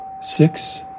six